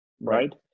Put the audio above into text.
Right